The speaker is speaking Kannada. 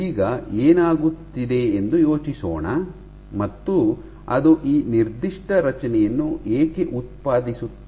ಈಗ ಏನಾಗುತ್ತಿದೆ ಎಂದು ಯೋಚಿಸೋಣ ಮತ್ತು ಅದು ಈ ನಿರ್ದಿಷ್ಟ ರಚನೆಯನ್ನು ಏಕೆ ಉತ್ಪಾದಿಸುತ್ತದೆ